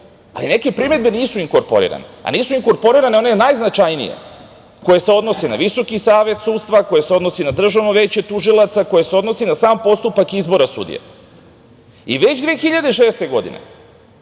ali neke primedbe nisu inkorporirane, a nisu inkorporirane one najznačajnije, koje se odnose na Visoki savet sudstva, koji se odnosi na Državno veće tužilaca, koje se odnosi na sam postupak izbora sudija. Već, 2006. godine